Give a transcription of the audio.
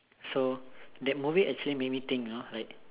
so that movie actually made me think you know like